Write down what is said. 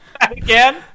again